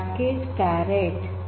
package caret install